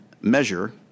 measure